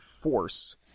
force